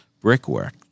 brickwork